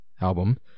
album